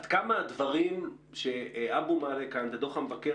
עד כמה הדברים שאבו וילן מעלה כאן ודוח המבקר